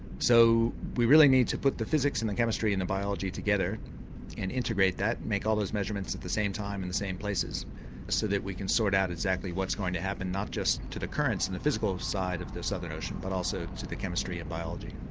so we really need to put the physics and the chemistry and the biology together and integrate that, make all those measurements at the same time and the same places so that we can sort out exactly what's going to happen, not just to the currents and the physical side of the southern ocean but also to the chemistry and biology.